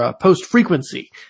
post-frequency